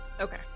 okay